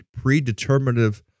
predeterminative